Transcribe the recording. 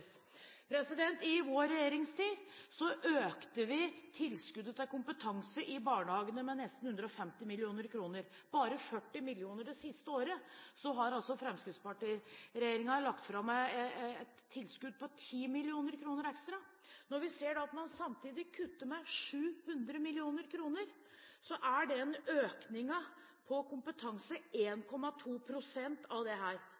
I vår regjeringstid økte vi tilskuddet til kompetanse i barnehagene med nesten 150 mill. kr, 40 mill. kr bare det siste året. Så har altså fremskrittspartiregjeringen lagt fram et tilskudd på 10 mill. kr ekstra. Når vi ser at man samtidig kutter med 700 mill. kr, er økningen på kompetanse 1,2 pst. av